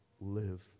live